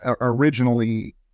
originally